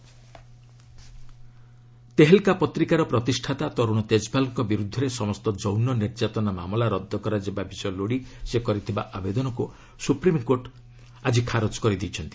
SC Tejpal Tehelka ପତ୍ରିକାର ପ୍ରତିଷ୍ଠାତା ତରୁଣ ତେଜପାଲଙ୍କ ବିରୁଦ୍ଧରେ ସମସ୍ତ ଯୌନ ନିର୍ଯାତନା ମାମଲା ରଦ୍ଦ କରାଯିବା ବିଷୟ ଲୋଡ଼ି ସେ କରିଥିବା ଆବେଦନକୁ ସୁପ୍ରିମକୋର୍ଟ ଆଜି ଖାରଜ କରିଦେଇଛନ୍ତି